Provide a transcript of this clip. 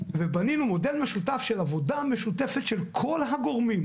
ובנינו מודל משותף של עבודה משותפת של כל הגורמים.